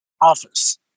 office